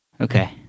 Okay